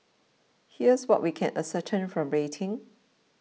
here's what we can ascertain from rating